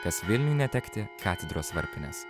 kas vilniui netekti katedros varpinės